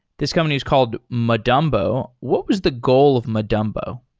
this company is called madumbo. what was the goal of madumbo?